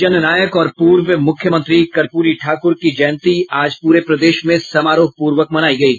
जननायक और पूर्व मुख्यमंत्री कर्पूरी ठाकुर की जयंती आज पूरे प्रदेश में समारोहपूर्वक मनायी गयी